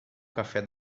café